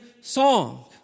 song